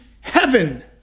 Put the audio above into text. heaven